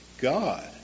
God